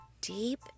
deep